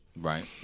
Right